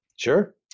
Sure